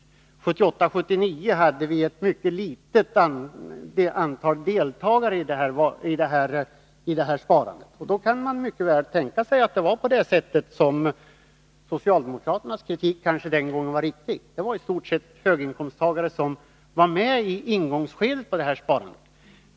1978-1979 hade vi ett mycket litet antal deltagare. Då var kanske socialdemokraternas kritik riktig att det i stort sett var höginkomsttagare som var med.